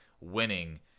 winning